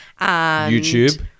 YouTube